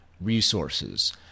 resources